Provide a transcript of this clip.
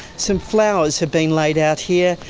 some flowers have been laid out here.